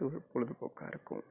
ஒரு பொழுது போக்காக இருக்கும்